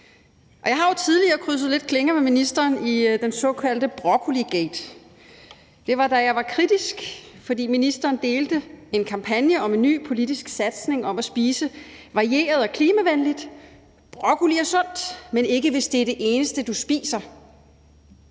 Jeg har jo tidligere krydset lidt klinger med ministeren i den såkaldte broccoligate. Det var, da jeg var kritisk, fordi ministeren delte en kampagne om en ny politisk satsning om at spise varieret og klimavenligt: Broccoli er sundt, men ikke, hvis det er det eneste, du spiser.